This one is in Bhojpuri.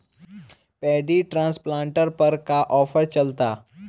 पैडी ट्रांसप्लांटर पर का आफर चलता?